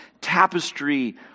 tapestry